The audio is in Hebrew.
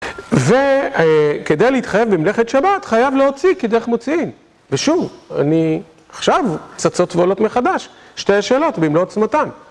וכדי להתחייב במלאכת שבת חייב להוציא כדרך מוציאין. ושוב, אני עכשיו, צצות ועולות מחדש שתי שאלות במלוא עוצמתן